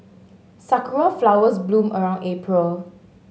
sakura flowers bloom around April